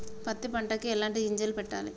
పత్తి పంటకి ఎలాంటి గింజలు పెట్టాలి?